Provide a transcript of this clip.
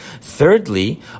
Thirdly